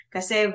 Kasi